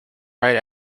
right